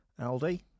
Aldi